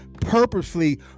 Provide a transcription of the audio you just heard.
Purposefully